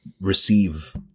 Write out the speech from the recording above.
receive